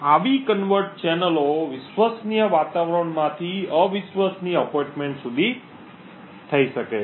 આવી કન્વર્ટ ચેનલો વિશ્વસનીય વાતાવરણથી અવિશ્વસનીય એપોઇન્ટમેન્ટ સુધી થઈ શકે છે